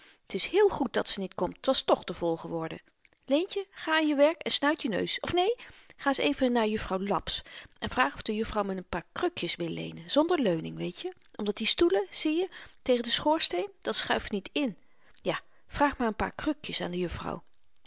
t is heel goed dat ze niet komt t was toch te vol geworden leentje ga aan je werk en snuit je neus of neen ga ns even naar juffrouw laps en vraag of de juffrouw me n n paar krukjes wil leenen zonder leuning weetje omdat die stoelen zieje tegen den schoorsteen dat schuift niet in ja vraag n paar krukjes aan de juffrouw